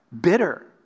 Bitter